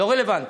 לא רלוונטי.